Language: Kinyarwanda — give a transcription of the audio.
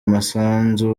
umusanzu